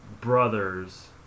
brothers